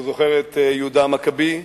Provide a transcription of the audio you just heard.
הוא זוכר את יהודה המכבי,